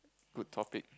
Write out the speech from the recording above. good topic